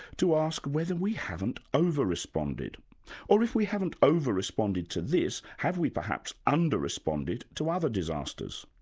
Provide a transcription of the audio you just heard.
to ask whether we haven't over responded or if we haven't over responded to this, have we perhaps under-responded to other disasters?